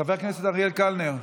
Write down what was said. חבר הכנסת אריאל קלנר,